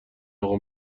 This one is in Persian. اقا